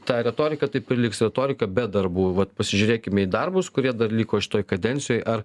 ta retorika taip ir liks retorika be darbų vat pasižiūrėkime į darbus kurie dar liko šitoj kadencijoj ar